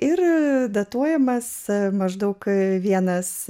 ir datuojamas maždaug vienas